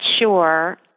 sure